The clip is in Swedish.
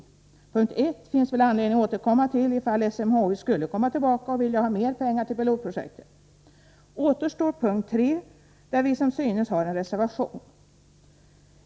Punkt 1 finns det väl anledning att återkomma till, ifall SMHI skulle komma tillbaka och vilja ha mer pengar till pilotprojektet. Därmed återstår punkt 3, där vi som synes har en reservation.